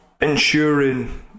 ensuring